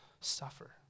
suffer